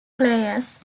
players